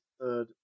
third